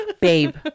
Babe